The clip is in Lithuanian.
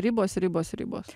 ribos ribos ribos